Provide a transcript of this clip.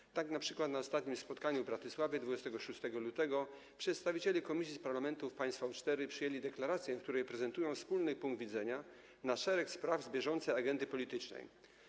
I tak np. na ostatnim spotkaniu w Bratysławie 26 lutego przedstawiciele komisji z parlamentów państw V4 przyjęli deklarację, w której prezentują wspólny punkt widzenia na szereg spraw z bieżącej agendy politycznej.